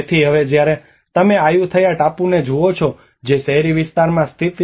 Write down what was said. તેથી હવે જ્યારે તમે આયુથૈયા ટાપુને જુઓ છો જે શહેરી વિસ્તારમાં સ્થિત છે